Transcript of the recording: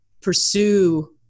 pursue